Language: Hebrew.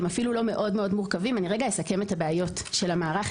הם אפילו לא מאוד-מאוד מורכבים אני אסכם רגע את הבעיות של המערך,